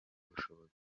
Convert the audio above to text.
ubushobozi